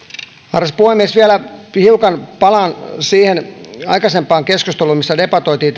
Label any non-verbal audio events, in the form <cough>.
arvoisa puhemies vielä hiukan palaan siihen aikaisempaan keskusteluun missä debatoitiin <unintelligible>